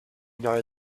know